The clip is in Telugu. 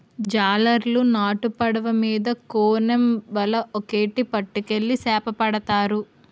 జాలరులు నాటు పడవ మీద కోనేమ్ వల ఒక్కేటి పట్టుకెళ్లి సేపపడతారు